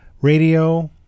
radio